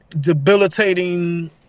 debilitating